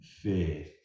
fear